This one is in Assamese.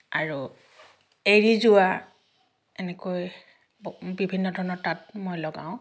আৰু এৰী যোৰা এনেকৈ বিভিন্ন ধৰণৰ তাঁত মই লগাওঁ